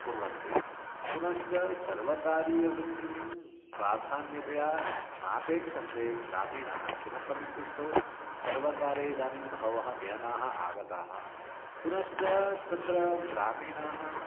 कुर्वन्ति पुनश्च सर्वकारीयवृत्तिं प्राधान्यतया नापेक्षन्ते ग्रामीणाः किमर्थम् इत्युक्तौ सर्वकारे इदानीं बहवः नियमाः आगताः पुनश्च तत्र ग्रामीणाः